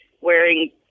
wearing